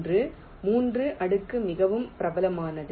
3 அடுக்கு மிகவும் பிரபலமானது